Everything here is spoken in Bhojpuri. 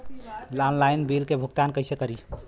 ऑनलाइन बिल क भुगतान कईसे करी?